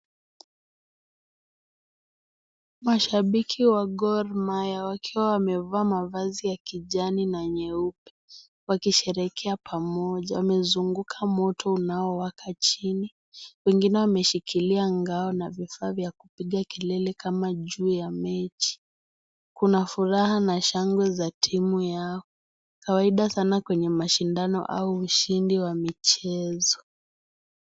Mashabiki wa Gormahia wakiwa wamevaa mavazi ya kijani na nyeupe wakisherehekea pamoja. Wamezunguka moto unaowaka chini wengine wameshikilia ngao na vifaa vya kupigia kelele kama juu ya mechi, kuna furaha na shangwe za timu yao kawaida sana kwenye mashindano au ushindi wa michezo.